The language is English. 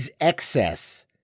excess